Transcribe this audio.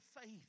faith